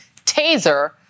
taser